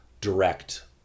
direct